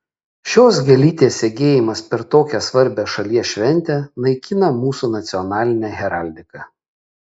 šios gėlytės segėjimas per tokią svarbią šalies šventę naikina mūsų nacionalinę heraldiką